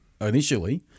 Initially